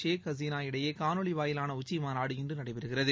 ஷேக் ஹசீனா இடையே காணொலி வாயிலான உச்சி மாநாடு இன்று நடைபெறுகிறது